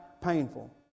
painful